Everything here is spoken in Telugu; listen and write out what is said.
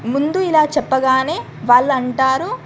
ముందు ఇలా చెప్పగానే వాళ్ళంటారు